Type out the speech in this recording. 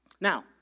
Now